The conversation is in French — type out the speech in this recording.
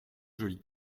joli